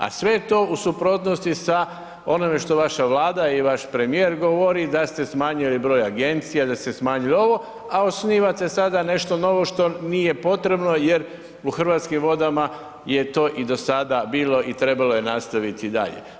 A sve to u suprotnosti sa onime što vaša Vlada i vaš premijer govori da ste smanjili broj agencija, da ste smanjili ovo a osnivate sada nešto novo što nije potrebno jer u Hrvatskim vodama je to i do sada bilo i trebalo je nastaviti dalje.